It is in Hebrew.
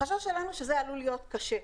החשש שלנו שזה עלול להיות קשה,